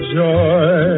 joy